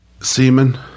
Semen